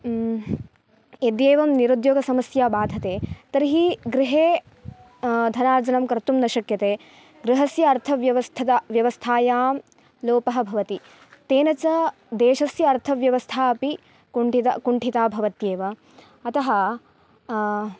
यद्येवं निरुद्योगसमस्या बाधते तर्हि गृहे धनार्जनं कर्तुं न शक्यते गृहस्य अर्थव्यवस्थता व्यवस्थायां लोपः भवति तेन च देशस्य अर्थव्यवस्था अपि कुण्टिता कुण्ठिता भवत्येव अतः